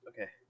okay